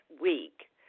week